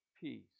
peace